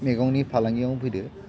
मैगंनि फालांगिआव फैदो